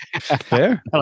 fair